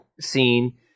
scene